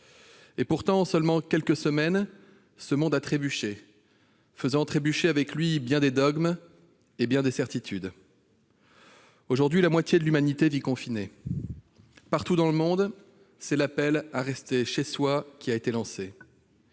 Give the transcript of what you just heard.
Pourtant, en seulement quelques semaines, ce monde a trébuché, faisant trébucher avec lui bien des dogmes et des certitudes. Aujourd'hui, la moitié de l'humanité vit confinée. Partout dans le monde, c'est l'appel à rester chez soi qui a été lancé.